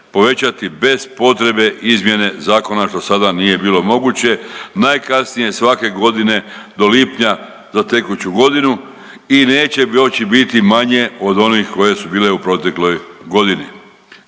povećati bez potrebe izmjene zakona, što sada nije bilo moguće, najkasnije svake godine do lipnja za tekuću godinu i neće moći biti manje od onih koje su bile u protekloj godini.